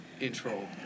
intro